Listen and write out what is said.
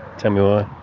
tell me why.